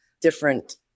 different